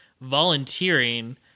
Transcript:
volunteering